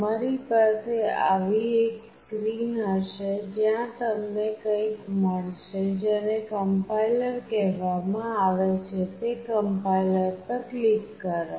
તમારી પાસે આવી એક સ્ક્રીન હશે જ્યાં તમને કંઈક મળશે જેને કમ્પાઇલર કહેવામાં આવે છે તે કમ્પાઇલર પર ક્લિક કરો